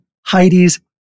Heidi's